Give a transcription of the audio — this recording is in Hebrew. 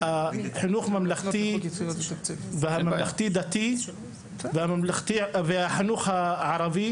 החינוך הממלכתי והממלכתי-דתי והחינוך הערבי,